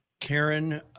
Karen